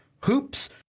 hoops